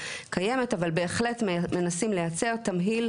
ישנם צעדים שהם יותר מתאימים וישנם צעדים שהם פחות מתאימים.